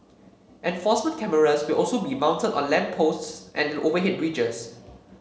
enforcement cameras will also be mounted on lamp posts and overhead bridges